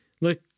look